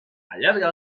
allarga